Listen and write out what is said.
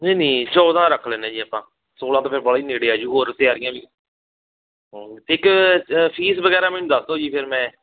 ਨਹੀਂ ਨਹੀਂ ਚੌਦਾਂ ਰੱਖ ਲੈਂਦੇ ਹਾਂ ਜੀ ਆਪਾਂ ਸੋਲਾਂ ਤਾਂ ਫਿਰ ਵਾਹਲੀ ਨੇੜੇ ਆਜੂ ਹੋਰ ਤਿਆਰੀਆਂ ਵੀ ਹਾ ਅਤੇ ਇੱਕ ਅ ਫ਼ੀਸ ਵਗੈਰਾ ਮੈਨੂੰ ਦੱਸ ਦਿਓ ਜੀ ਫਿਰ ਮੈਂ